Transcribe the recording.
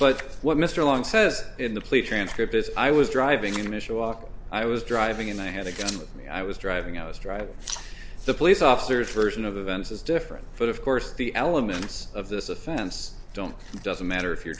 but what mr long says in the police transcript is i was driving in mishawaka i was driving and i had a gun with me i was driving i was driving the police officers version of events is different but of course the elements of this offense don't doesn't matter if you're